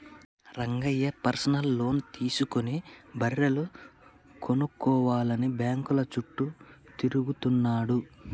Rangayya personal loan తీసుకుని బర్రెలు కొనుక్కోవాలని బ్యాంకుల చుట్టూ తిరుగుతున్నాడు